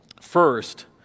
First